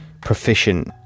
proficient